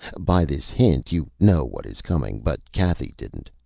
by this hint you know what is coming, but cathy didn't.